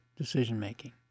decision-making